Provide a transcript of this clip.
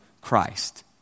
Christ